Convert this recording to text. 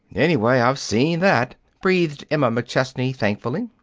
anyway, i've seen that, breathed emma mcchesney thankfully.